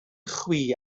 chwi